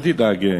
אל תדאג,